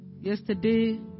Yesterday